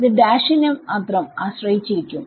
ഇത് നെ മാത്രം ആശ്രയിച്ചിരിക്കും